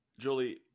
Julie